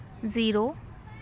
zero